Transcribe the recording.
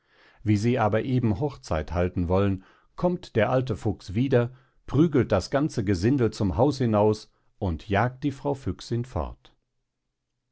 wie sie aber eben hochzeit halten wollen kommt der alte fuchs wieder prügelt das ganze gesindel zum haus hinaus und jagt die frau füchsin fort